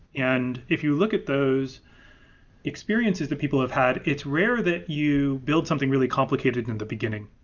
and if you look at those experiences that people have had, it's rare that you build something really complicated in the beginning.